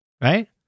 right